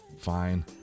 Fine